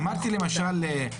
למשל,